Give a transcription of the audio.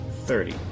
Thirty